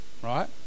Right